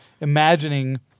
imagining